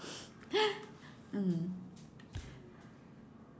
mm